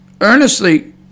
earnestly